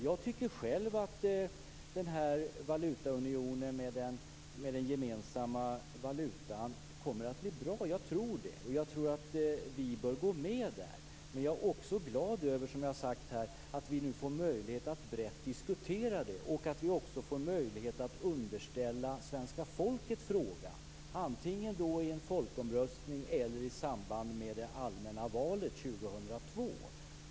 Jag tycker att valutaunionen med en gemensam valuta kommer att bli bra. Vi bör gå med där. Men jag är glad över att vi får möjlighet att brett diskutera frågan och att vi får möjlighet att underställa svenska folket frågan, antingen i en folkomröstning eller i samband med det allmänna valet 2002.